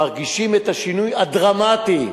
מרגישים את השינוי הדרמטי.